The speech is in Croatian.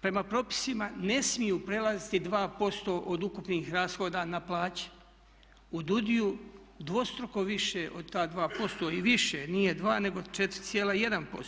prema propisima ne smiju prelaziti 2% od ukupnih rashoda na plaći u DUUDI-ju dvostruko više od ta 2% i više nije 2 nego 4,1%